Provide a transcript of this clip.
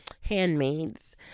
handmaids